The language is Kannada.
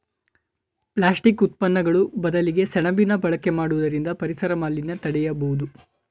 ಪ್ಲಾಸ್ಟಿಕ್ ಉತ್ಪನ್ನಗಳು ಬದಲಿಗೆ ಸೆಣಬಿನ ಬಳಕೆ ಮಾಡುವುದರಿಂದ ಪರಿಸರ ಮಾಲಿನ್ಯ ತಡೆಯಬೋದು